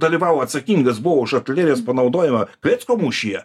dalyvavo atsakingas buvo už artilerijos panaudojimą klecko mūšyje